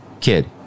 kid